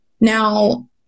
now